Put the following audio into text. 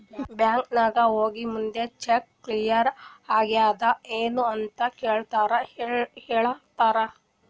bank ನಾಗ್ ಹೋಗಿ ನಮ್ದು ಚೆಕ್ ಕ್ಲಿಯರ್ ಆಗ್ಯಾದ್ ಎನ್ ಅಂತ್ ಕೆಳುರ್ ಹೇಳ್ತಾರ್